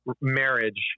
marriage